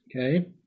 okay